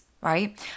right